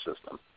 system